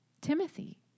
Timothy